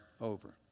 over